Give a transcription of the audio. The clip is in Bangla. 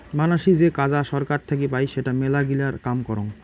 মানাসী যে কাজা সরকার থাকি পাই সেটা মেলাগিলা কাম করং